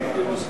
ואז הוא,